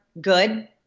good